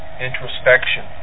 introspection